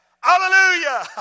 Hallelujah